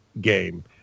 game